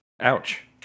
Ouch